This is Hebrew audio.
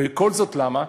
וכל זאת למה?